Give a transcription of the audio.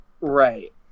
Right